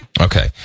Okay